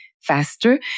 faster